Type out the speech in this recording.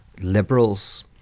liberals